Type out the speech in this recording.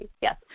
yes